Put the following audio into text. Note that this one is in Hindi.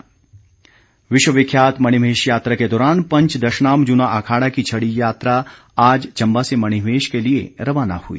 मणिमहेश यात्रा विश्वविख्यात मणिमहेश यात्रा के दौरान पंच दशनाम जूना अखाड़ा की छड़ी यात्रा आज चंबा से मणिमहेश के लिए रवाना हई